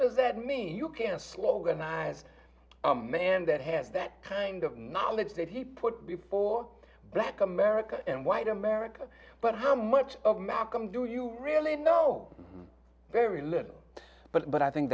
does that mean you can slogan eyes man that had that kind of knowledge that he put before black america and white america but how much of malcolm do you really know very little but i think